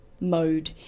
mode